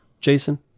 Jason